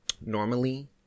normally